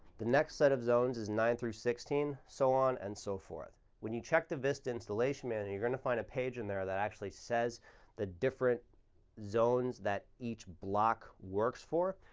the next set of zones is nine through sixteen, so on and so forth. when you check the vista installation manual, and you're going to find a page in there that actually says the different zones that each block works for.